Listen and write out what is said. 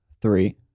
three